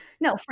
No